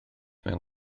mewn